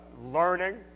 learning